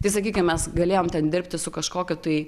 tai sakykim mes galėjom ten dirbti su kažkokiu tai